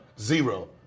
zero